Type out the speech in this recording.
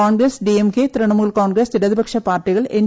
കോൺഗ്രസ് ഡിഎംകെ തൃണമൂൽ കോൺഗ്രസ് ഇടതുപക്ഷ പാർട്ടികൾ എൻ